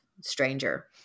stranger